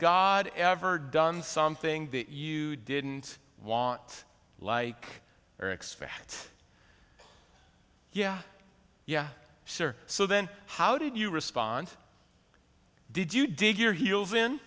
god ever done something that you didn't want like or expect yeah yeah sure so then how did you respond did you dig your heels in